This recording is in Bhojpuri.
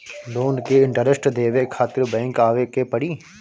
लोन के इन्टरेस्ट देवे खातिर बैंक आवे के पड़ी?